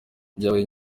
byabaye